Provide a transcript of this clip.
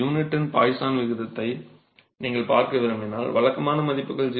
எனவே யூனிட்டின் பாய்சான் விகிதத்தை நீங்கள் பார்க்க விரும்பினால் வழக்கமான மதிப்புகள் 0